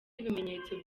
ibimenyetso